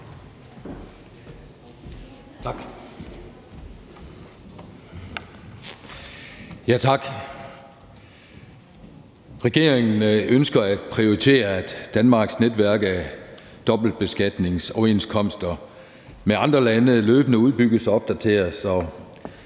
(S): Tak. Regeringen ønsker at prioritere, at Danmarks netværk af dobbeltbeskatningsoverenskomster med andre lande løbende udbygges og opdateres.